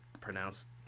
pronounced